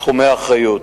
תחומי האחריות,